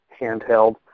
handheld